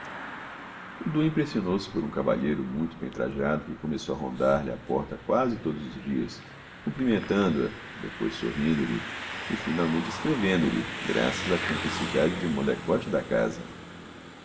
realizassem dudu impressionou-se por um cavalheiro muito bem trajado que começou a rondar lhe a porta quase todos os dias cumprimentando-a depois sorrindo-lhe e finalmente escrevendo-lhe graças à cumplicidade de um molecote da casa